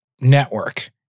network